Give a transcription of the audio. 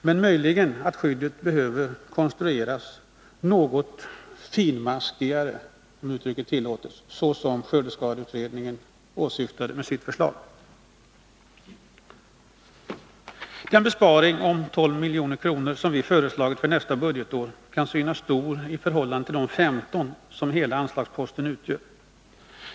Det är möjligt att skyddet behöver konstrueras något mer finmaskigt — om uttrycket tillåts — såsom skördeskadeutredningen åsyftade med sitt förslag. Den besparing om 12 milj.kr. som vi föreslagit för nästa budgetår kan synas stor i förhållande till de 15 milj.kr. som hela anslagsposten utgör.